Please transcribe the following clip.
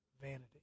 vanity